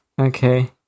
Okay